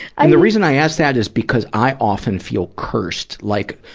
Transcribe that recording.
and the reason i ask that is because i often feel cursed, like,